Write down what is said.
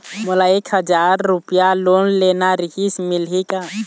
मोला एक हजार रुपया लोन लेना रीहिस, मिलही का?